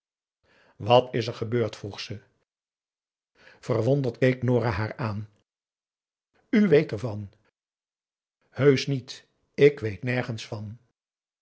wat is er gebeurd vroeg ze verwonderd keek nora haar aan u weet ervan heusch niet ik weet nergens van